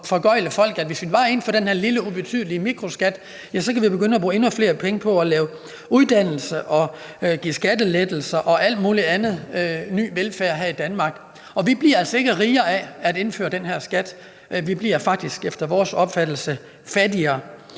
at hvis vi bare indfører den her lille ubetydelige mikroskat, kan vi begynde at bruge endnu flere penge på at lave uddannelser og give skattelettelser og alt muligt andet ny velfærd her i Danmark. Vi bliver altså ikke rigere af at indføre den her skat. Vi bliver faktisk efter vores opfattelse fattigere.